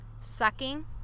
sucking